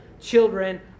children